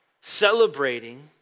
celebrating